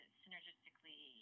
synergistically